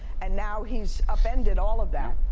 and now he's upended all of that.